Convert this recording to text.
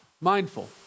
mindful